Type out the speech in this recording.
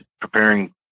preparing